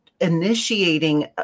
initiating